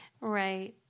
Right